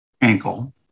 ankle